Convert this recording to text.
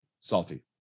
salty